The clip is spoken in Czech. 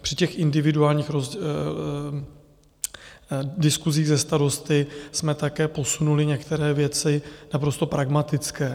Při individuálních diskusích se starosty jsme také posunuli některé věci naprosto pragmatické.